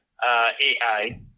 AI